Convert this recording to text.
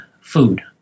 food